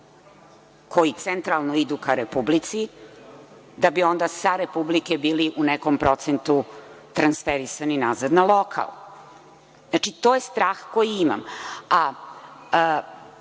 koji centralno idu ka Republici, da bi onda sa Republike bili u nekom procentu transferisani nazad na lokal. Znači, to je strah koji imam.